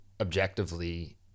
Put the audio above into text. objectively